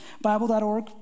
Bible.org